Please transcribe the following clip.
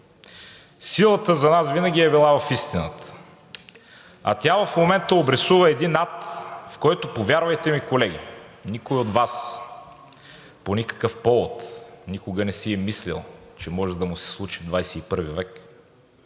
Силата за нас винаги е била в истината, а тя в момента обрисува един ад, в който, повярвайте ми, колеги, никой от Вас по никакъв повод никога не си е мислил, че може да му се случи в XXI век.